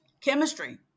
Chemistry